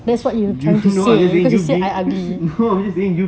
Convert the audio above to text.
you know I just kidding no I just been kidding